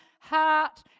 heart